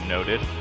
Noted